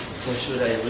or should i